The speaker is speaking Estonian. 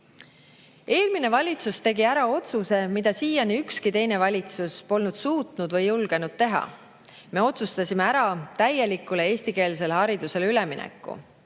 Eelmine valitsus tegi ära otsuse, mida ükski teine valitsus polnud suutnud või julgenud teha. Me otsustasime ära täielikult eestikeelsele haridusele ülemineku.